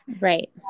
Right